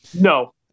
No